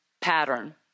pattern